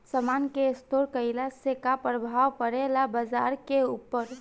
समान के स्टोर काइला से का प्रभाव परे ला बाजार के ऊपर?